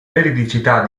veridicità